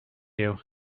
you